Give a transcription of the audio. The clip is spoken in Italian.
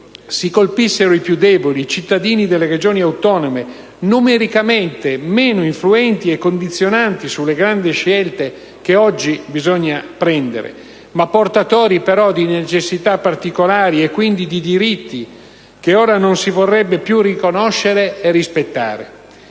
si colpissero i più deboli, i cittadini delle Regioni autonome, numericamente meno influenti e condizionanti sulle grandi scelte che oggi bisogna prendere, ma portatori di necessità particolari e, quindi, di diritti che ora non si vorrebbe più riconoscere e rispettare.